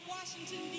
Washington